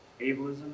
ableism